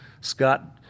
Scott